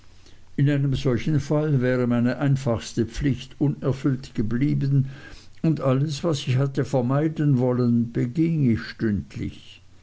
in einem solchen fall wäre meine einfachste pflicht unerfüllt geblieben und alles was ich hatte vermeiden wollen beging ich stündlich